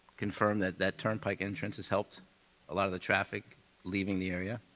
confirm that that turnpike entrance has helped a lot of the traffic leaving the area.